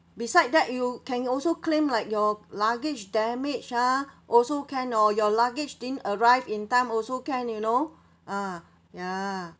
beside that you can also claim like your luggage damaged ah also can or your luggage didn't arrive in time also can you know ah ya